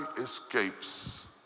escapes